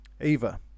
Eva